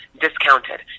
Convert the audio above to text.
discounted